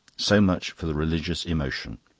so much for the religious emotion.